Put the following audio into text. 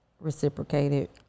reciprocated